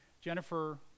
Jennifer